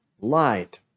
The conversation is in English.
light